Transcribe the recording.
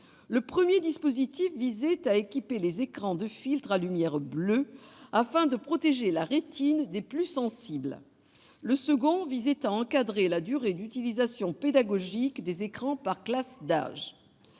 Le premier dispositif visait à équiper les écrans de filtres à lumière bleue, afin de protéger la rétine des plus sensibles. Le second tendait à encadrer la durée d'utilisation pédagogique des écrans par classe d'âge.